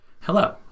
Hello